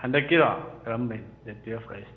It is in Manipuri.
ꯍꯟꯗꯛꯀꯤꯔꯣ ꯀꯔꯝꯕꯩꯅꯣ ꯗꯦꯠ ꯇꯨꯋꯦꯄ ꯍꯥꯏꯁꯦ